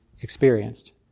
experienced